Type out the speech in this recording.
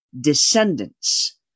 descendants